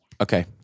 Okay